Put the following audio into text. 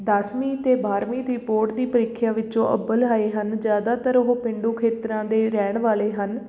ਦਸਵੀਂ ਅਤੇ ਬਾਰ੍ਹਵੀਂ ਦੀ ਬੋਰਡ ਦੀ ਪ੍ਰੀਖਿਆ ਵਿੱਚੋਂ ਅੱਵਲ ਆਏ ਹਨ ਜ਼ਿਆਦਾਤਰ ਉਹ ਪੇਂਡੂ ਖੇਤਰਾਂ ਦੇ ਰਹਿਣ ਵਾਲੇ ਹਨ